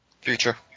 Future